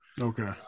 Okay